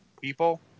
people